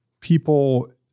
people